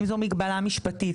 אם זה מגבלה משפטית,